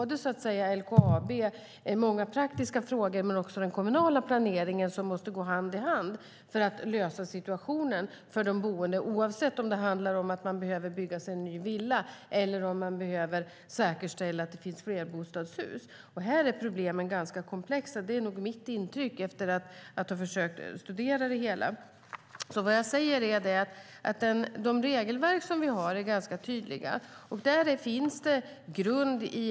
Det är många praktiska frågor och den kommunala planeringen som måste gå hand i hand för att kunna lösa situationen för de boende, oavsett om det handlar om att man behöver bygga sig en ny villa eller om att säkerställa att det finns flerbostadshus. Här är problemen ganska komplexa. Det är nog mitt intryck efter att ha försökt studera det hela. Vad jag säger är att de regelverk som vi har är ganska tydliga.